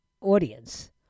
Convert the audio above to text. audience